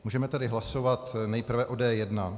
Můžeme tedy hlasovat nejprve o D1.